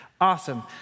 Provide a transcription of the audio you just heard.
Awesome